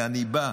ואני בא,